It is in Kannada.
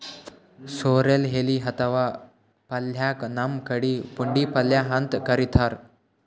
ಸೊರ್ರೆಲ್ ಎಲಿ ಅಥವಾ ಪಲ್ಯಕ್ಕ್ ನಮ್ ಕಡಿ ಪುಂಡಿಪಲ್ಯ ಅಂತ್ ಕರಿತಾರ್